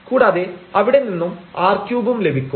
കൂടാതെ അവിടെ നിന്നും r3 ഉം ലഭിക്കും